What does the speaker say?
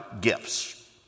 gifts